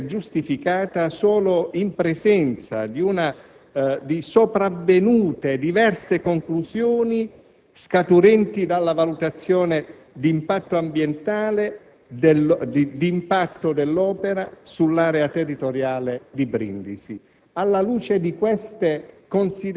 revoca che potrebbe essere giustificata solo in presenza di sopravvenute diverse conclusioni, scaturenti dalla valutazione di impatto dell'opera sull'area territoriale di Brindisi.